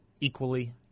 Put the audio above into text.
equally